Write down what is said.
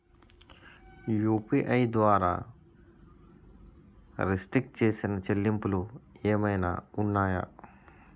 UPI ద్వారా restrict చేసిన చెల్లింపులు ఏమైనా ఉన్నాయా?